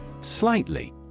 Slightly